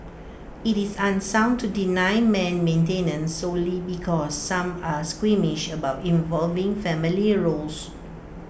IT is unsound to deny men maintenance solely because some are squeamish about evolving family roles